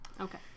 Okay